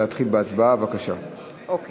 להצעת החוק הבאה של חבר הכנסת איתן כבל.